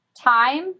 time